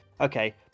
okay